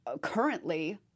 currently